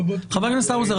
חבר הכנסת האוזר,